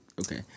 okay